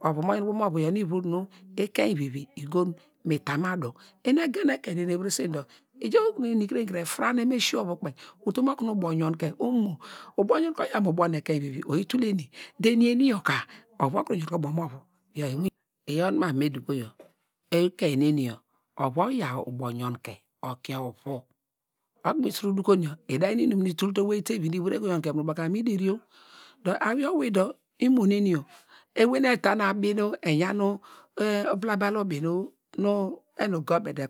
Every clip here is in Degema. Ovu mo yonke ubo mo ovu iyaw nu ivur nu ekeinvivi egon mi ta madu, eni egen ekun neni eviresen dor, ija bokunu eni kire kire efranen mu esiovu kpe utum okunu ubo yonke omo ubo yonke oyaw mu ubo onu ekein vivi oyi tul eni, eni eni yor ka ovu okru yonke ubo mu iyo iwin iyor nu me abo kunu me domu yor, ekein neniyo ovu oyaw ubo yonke okie ovu okunu mi su dokun yor ida yin inum nu itul te owei tevi nu ivur` ego yonke mu nu ubo ka mi deri o, dor awiye owi dor imo neni yor ewey nu eta abi nu eyan abla bal ubi nu enu gomet nu ekpete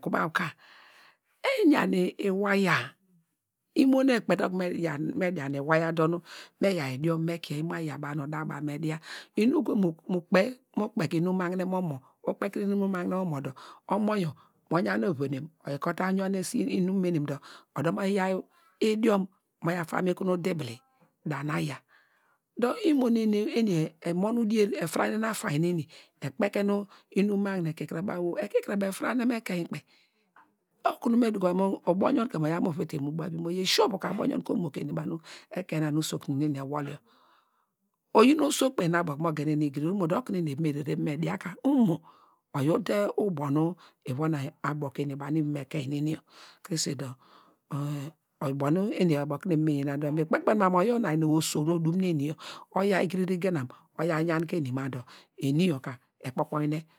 okunu me dian iwaya dor nu me iyaw idiom me kie imo aya baw nu imo da- a baw me dia inum nu ugo mu kpe ke inum magne, ukpeke inum magne mu omo dor omo dor omo yor mo yan evonem oyi ka mo ta yan esi inum menem dor odor mo yi yaw idiom mo ya faa mu ekun dibli da nu aya dor imo neni nu eni emon udier efranen afainy neni ekpete nu inum magne kikire baw- o ekikire abaw afranen mu ekein kpeyi okunu me doku mu ubo yonke oyaw mu uviti nu ubavi mo oyin esi ovu ka ubo yonke omo ke eni banu ekein nanu usokun yor nu eni ewol yor oyin oso kpeyi nu abo okunu mo gen eni igiriri umo dor okunu eni eva rere me dia ka omo oyo ude ubo nu ava nu abo ke eni banu ivom ekein neni mi kpekpen ma mu oyi onu- oyan oso nu odum nu eni yor oyaw igiriri genam oya yan ke eni ma dor eni yor ka ekpo kpogne.